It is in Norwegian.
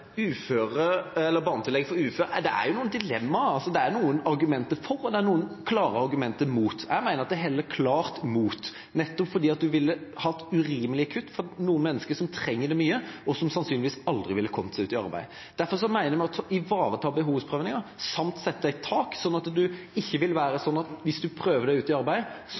uføre, er det jo noen dilemmaer. Det er noen argumenter for, og det er noen klare argumenter mot. Jeg mener at det heller klart mot, nettopp fordi man ville hatt urimelige kutt for noen mennesker som trenger det mye, og som sannsynligvis aldri ville kommet seg ut i arbeid. Derfor vil vi ivareta behovsprøvinga samt sette et tak så det ikke vil være sånn at hvis man prøver seg ut i arbeid, så